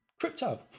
crypto